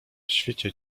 świecie